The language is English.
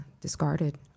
discarded